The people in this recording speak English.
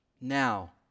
Now